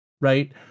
right